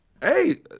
Hey